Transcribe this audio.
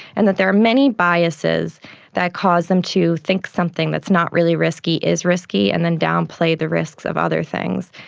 and that there are many biases that cause them to think something that's not really risky is risky and then downplay the risks of other things.